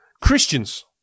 Christians